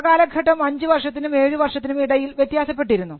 ആ കാലഘട്ടം അഞ്ചു വർഷത്തിനും 7 വർഷത്തിനും ഇടയിൽ വ്യത്യാസപ്പെട്ടിരുന്നു